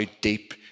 deep